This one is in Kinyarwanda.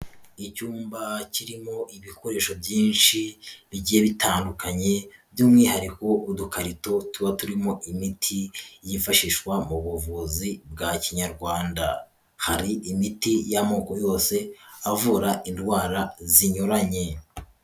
Icyumba kirimo ibikoresho byinshi bigiye bitandukanye by'umwihariko udukarito tuba turimo imiti yifashishwa mu buvuzi bwa kinyarwanda, hari imiti y'amoko yose avura indwara zinyuranye.